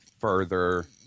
further